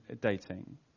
dating